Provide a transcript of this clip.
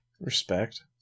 Respect